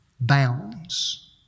bounds